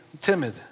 timid